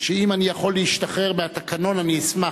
שאם אני יכול להשתחרר מהתקנון אני אשמח,